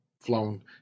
flown